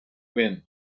wind